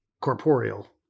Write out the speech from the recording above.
corporeal